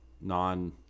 non